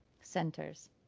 centers